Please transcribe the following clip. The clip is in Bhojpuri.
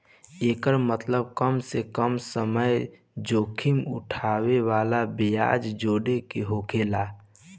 एकर मतबल कम से कम समय जोखिम उठाए वाला ब्याज जोड़े के होकेला